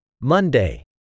Monday